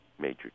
major